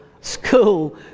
School